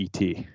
ET